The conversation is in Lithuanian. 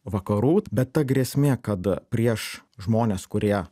vakarų bet ta grėsmė kad prieš žmones kurie